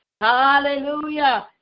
Hallelujah